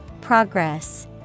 progress